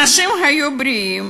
אנשים היו בריאים,